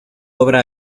obra